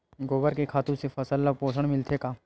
गोबर के खातु से फसल ल पोषण मिलथे का?